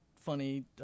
funny